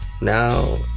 now